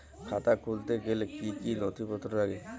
খাতা খুলতে গেলে কি কি নথিপত্র লাগে?